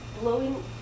blowing